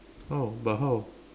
how but how